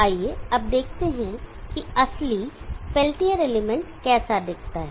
आइए अब देखते हैं कि असली पेल्टियर एलिमेंट कैसा दिखता है